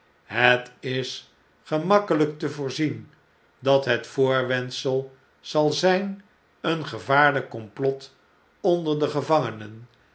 het is gemakkelijk te voorzien dat net voorwendsel zal zjjn een gevaarlp komplot onder de gevangenen